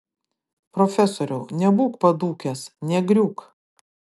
profesoriau nebūk padūkęs negriūk